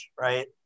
right